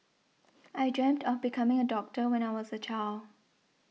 I dreamt of becoming a doctor when I was a child